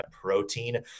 protein